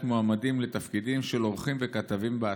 מועמדים לתפקידים של עורכים וכתבים באתר.